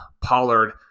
Pollard